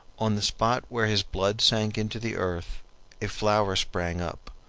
on the spot where his blood sank into the earth a flower sprang up,